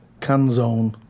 Canzone